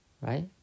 right